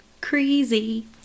Crazy